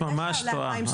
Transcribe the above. את ממש טועה.